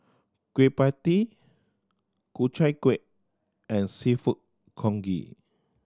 Kueh Pie Tee Ku Chai Kuih and Seafood Congee